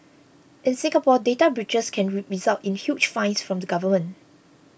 in Singapore data breaches can result in huge fines from the government